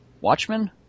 Watchmen